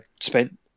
spent